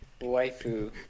Waifu